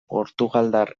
portugaldar